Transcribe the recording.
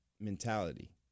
mentality